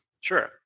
Sure